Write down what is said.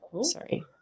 Sorry